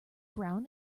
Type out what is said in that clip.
brown